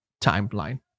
timeline